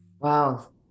Wow